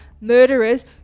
murderers